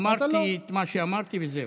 אמרתי את מה שאמרתי וזהו.